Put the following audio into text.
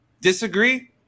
Disagree